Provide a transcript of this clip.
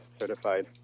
certified